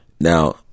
Now